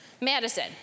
Madison